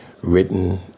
written